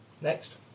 Next